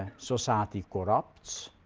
society corrupts.